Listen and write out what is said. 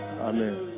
Amen